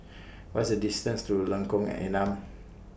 What IS The distance to Lengkong Enam